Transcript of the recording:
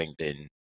LinkedIn